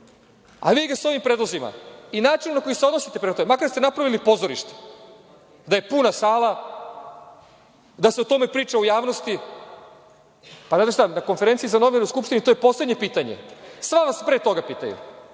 a vi sa ovim predlozima i načinom na koji se odnosite prema …Makar da ste napravili pozorište, da je puna sala, da se o tome priča u javnosti, na konferenciji za novinare Skupštini to je poslednje pitanje, sva vas pre toga pitaju,